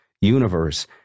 universe